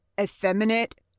effeminate